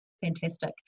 fantastic